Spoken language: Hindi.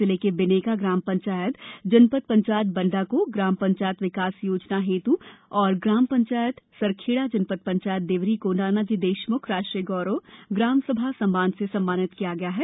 जिले की बिनेका ग्राम पंचायत जनपद पंचायत बण्डा को ग्राम पंचायत विकास योजना जीपीडीपी हेत् एवं ग्राम पंचायत सरखेड़ा जनपद पंचायत देवरी को नानाजी देषम्ख राष्ट्रीय गौरव ग्राम सभा प्रस्कृत से सम्मानित किया गया है